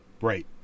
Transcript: right